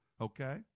okay